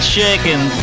shaking